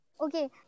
okay